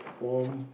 form